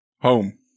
Home